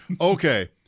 Okay